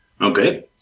Okay